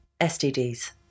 STDs